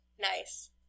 Nice